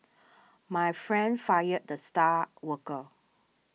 my friend fired the star worker